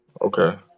Okay